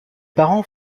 parents